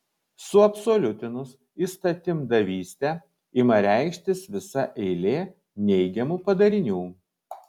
suabsoliutinus įstatymdavystę ima reikštis visa eilė neigiamų padarinių